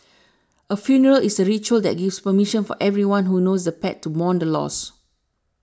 a funeral is a ritual that gives permission for everyone who knows the pet to mourn the loss